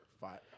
five